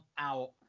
out